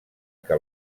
que